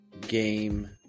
game